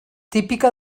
típica